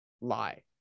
lie